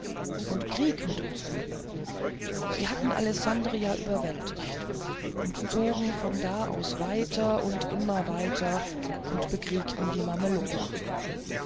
und krieg mit uns führten sie hatten alessandria überwältigt und zogen von da aus weiter und immer weiter und bekriegten die